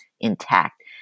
intact